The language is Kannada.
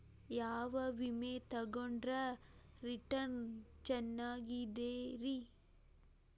ಯಾವ ವಿಮೆ ತೊಗೊಂಡ್ರ ರಿಟರ್ನ್ ಚೆನ್ನಾಗಿದೆರಿ?